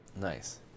Nice